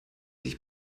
sich